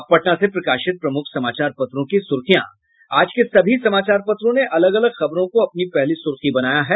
अब पटना से प्रकाशित प्रमुख समाचार पत्रों की सुर्खियां आज के सभी समाचार पत्रों ने अलग अलग खबरों को अपनी पहली सुर्खी बनाया है